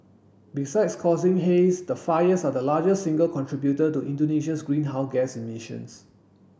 besides causing haze the fires are the largest single contributor to Indonesia's greenhouse gas emissions